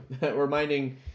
Reminding